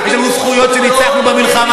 אני אשמח לענות לחבר הכנסת ברכה,